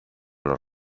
los